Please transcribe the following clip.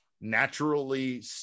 naturally